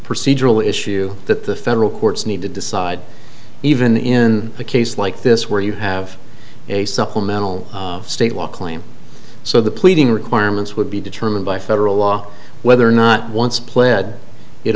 procedural issue that the federal courts need to decide even in a case like this where you have a supplemental state law claim so the pleading requirements would be determined by federal law whether or not once pled it